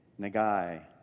Nagai